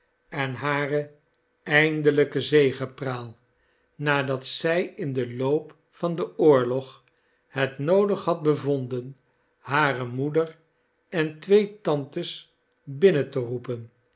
en hare eindelijke zegepraal nadat zij in den loop van den oorlog het noodig had bevonden hare moeder en twee tantes binnen te roepen